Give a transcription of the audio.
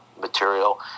material